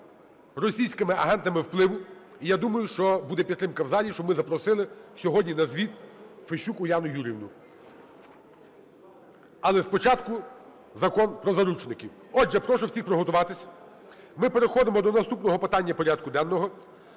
російськими агентами впливу. І я думаю, що буде підтримка в залі, і щоб ми запросили сьогодні на звіт Фещук Уляну Юріївну. Але спочатку Закон про заручників. Отже, прошу всіх приготуватись, ми переходимо до наступного питання порядку денного